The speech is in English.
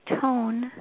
tone